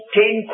ten